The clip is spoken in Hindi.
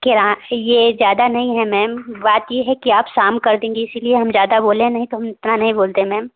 किराया यह ज़्यादा नही है मैम बात ये है कि आप शाम कर देंगी इसलिए हम ज़्यादा बोले नहीं तो हम इतना नहीं बोलते मैम